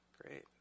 Great